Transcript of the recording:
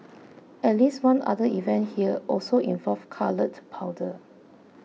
at least one other event here also involved coloured powder